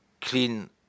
clean